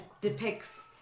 depicts